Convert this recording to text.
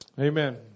Amen